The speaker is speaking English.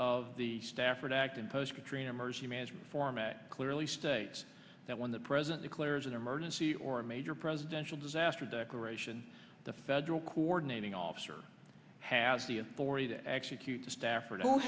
of the stafford act in post katrina emergency management format clearly states that when the president declares an emergency or a major presidential disaster declaration the federal coordinating officer has the authority to execute the stafford